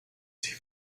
sich